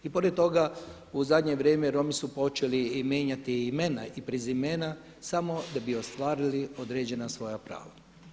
I pored toga u zadnje vrijeme Romi su počeli i mijenjati imena i prezimena samo da bi ostvarili određena svoja prava.